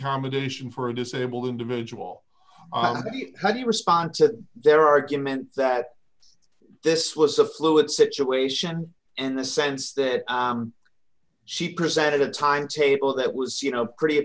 accommodation for a disabled individual how do you respond to their argument that this was a fluid situation in the sense that she presented a timetable that was you know pretty